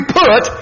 put